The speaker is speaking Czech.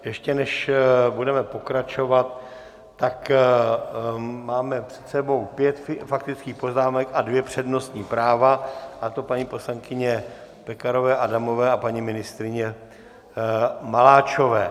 Ještě než budeme pokračovat, máme před sebou pět faktických poznámek a dvě přednostní práva, a to paní poslankyně Pekarové Adamové a paní ministryně Maláčové.